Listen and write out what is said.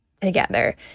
together